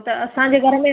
हा